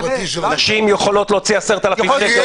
נשים יכולות להוציא 10,000 שקלים,